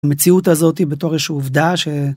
המציאות הזאת היא בתור איזושהי עובדה.